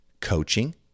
coaching